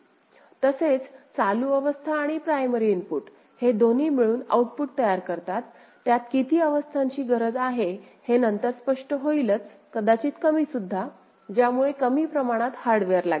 तसेच चालू अवस्था आणि प्रायमरी इनपूट हे दोन्ही मिळून आउटपुट तयार करतात त्यात किती अवस्थांची गरज आहे हे नन्तर स्पष्ट होईलच कदाचित कमी सुद्धा ज्या मुळे कमी प्रमाणात हार्डवेअर लागले